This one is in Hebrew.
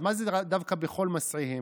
אז מה זה דווקא "בכל מסעיהם",